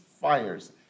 fires